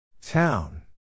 Town